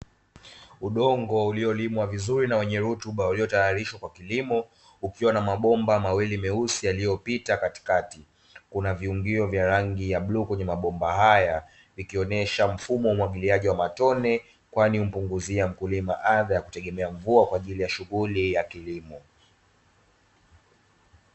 Udongo uliolimwa vizuri na wenye rutuba uliotayarishwa kwa kilimo kukiwa na mabomba mawili meusi yaliyopita katikati. Kuna viungio vya rangi ya bluu kwenye mabomba haya, ikionyesha mfumo wa umwagiliaji wa matone kwani humpunguzia mkulima adha ya kutegemea mvua kwa ajili ya shughuli ya kilimo.